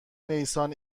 نیسان